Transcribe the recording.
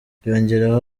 yongeraho